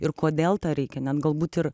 ir kodėl tą reikia net galbūt ir